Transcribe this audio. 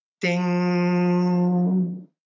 Ding